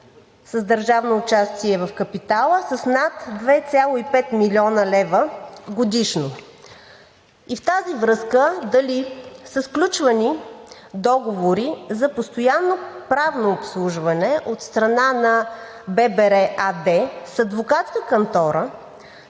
с държавно участие в капитала с над 2,5 млн. лв. годишно? И в тази връзка дали са сключвани договори за постоянно правно обслужване от страна на ББР АД с адвокатска кантора,